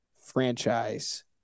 franchise